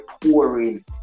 pouring